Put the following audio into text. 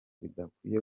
bidakwiye